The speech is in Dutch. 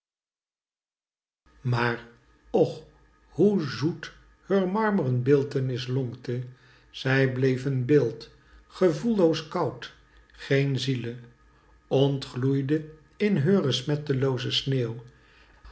maar och hoe zoet heur marmren beeldtnis lonkte zij bleef een beeld gevoelloos koud geen ziele ontgloeide in heure smettelooze sneeuw